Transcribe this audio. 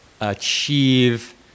Achieve